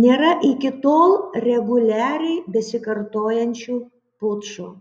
nėra iki tol reguliariai besikartojančių pučų